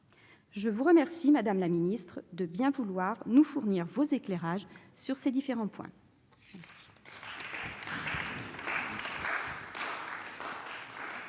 Je vous remercie, madame la secrétaire d'État, de bien vouloir nous fournir vos éclairages sur ces différents points.